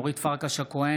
אורית פרקש הכהן,